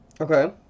Okay